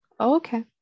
okay